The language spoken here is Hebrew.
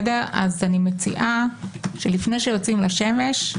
אני מציעה שלפני שיוצאים לשמש,